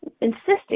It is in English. insisting